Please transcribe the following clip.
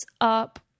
up